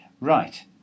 Right